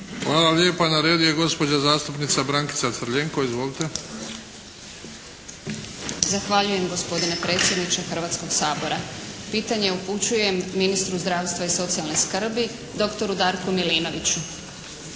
Hvala lijepo. Na redu je gospođa zastupnica Brankica Crljenko. Izvolite. **Crljenko, Brankica (SDP)** Zahvaljujem gospodine predsjedniče Hrvatskoga sabora. Pitanje upućujem ministru zdravstva i socijalne skrbi doktoru Darku Milinoviću.